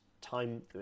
time